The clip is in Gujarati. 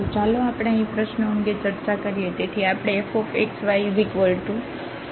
તો ચાલો આપણે અહીં પ્રશ્નો અંગે ચર્ચા કરીએ